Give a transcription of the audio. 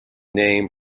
name